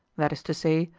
that is to say,